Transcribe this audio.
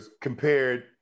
compared